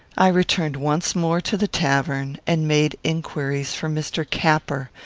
i returned once more to the tavern and made inquiries for mr. capper,